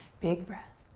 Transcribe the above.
big breath.